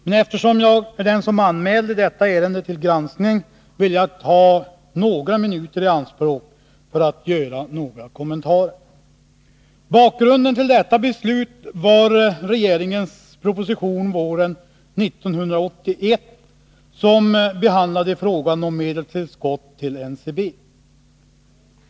Men eftersom jag är den som anmälde detta ärende till granskning, vill jag ta några minuter i anspråk för att göra några kommentarer. Bakgrunden till detta beslut var regeringens proposition våren 1981 som behandlade frågan om medelstillskott till NCB.